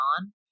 on